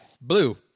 Blue